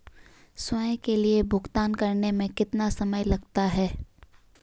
स्वयं के लिए भुगतान करने में कितना समय लगता है?